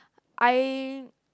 I